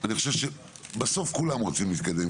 אני חושב שכולם רוצים להתקדם,